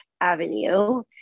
Avenue